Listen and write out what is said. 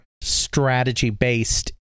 strategy-based